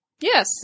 Yes